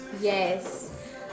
Yes